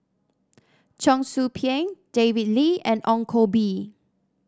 Cheong Soo Pieng David Lee and Ong Koh Bee